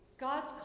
God's